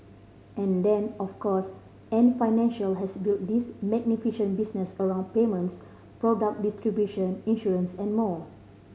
and then of course Ant Financial has built this magnificent business around payments product distribution insurance and more